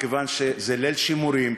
מכיוון שזה ליל שימורים.